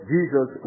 Jesus